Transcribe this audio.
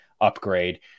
upgrade